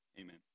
amen